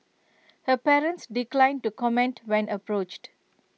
her parents declined to comment when approached